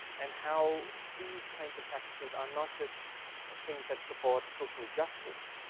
and how these kinds of practices are not just things that support social justice,